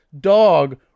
dog